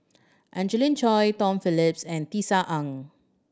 Angelina Choy Tom Phillips and Tisa Ng